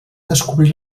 descobrir